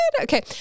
Okay